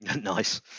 Nice